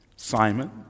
Simon